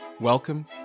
Welcome